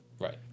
Right